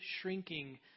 shrinking